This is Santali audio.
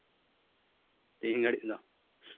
ᱛᱤᱦᱤᱧ ᱜᱷᱟᱹᱲᱤᱡ ᱫᱚ